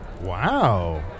Wow